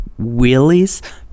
wheelies